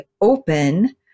open